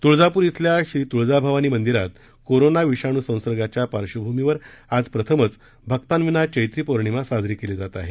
तुळजापूर खिल्या श्री तुळजाभवानी मंदीरात कोरोना विषाणू संसर्गाचा पार्बभूमीवर आज प्रथमच भक्तांविना चैत्री पौर्णिमा साजरी केली जात आहे